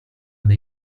dei